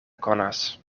konas